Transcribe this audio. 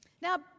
Now